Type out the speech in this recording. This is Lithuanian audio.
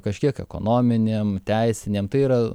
kažkiek ekonominiam teisiniam tai yra